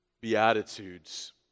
Beatitudes